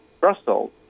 Brussels